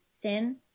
sin